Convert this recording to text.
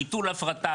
ביטול הפרטה,